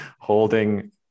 holding